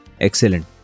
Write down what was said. excellent